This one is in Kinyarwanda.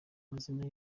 mazina